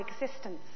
existence